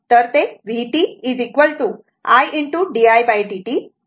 तर ते vt l ditdt आहे